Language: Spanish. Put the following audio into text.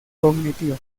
cognitiva